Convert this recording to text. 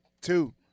Two